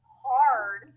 hard